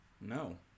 No